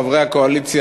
חברי הקואליציה,